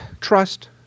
Trust